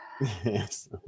yes